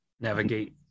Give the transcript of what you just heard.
Navigate